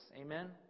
Amen